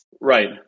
Right